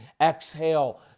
exhale